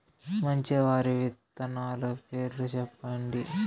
మంచి వరి విత్తనాలు పేర్లు చెప్పండి?